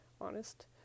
honest